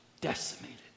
decimated